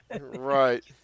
Right